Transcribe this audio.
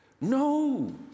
No